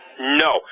No